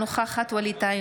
אינה נוכחת ווליד טאהא,